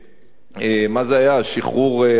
מה זה היה, שחרור אסירים?